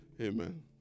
Amen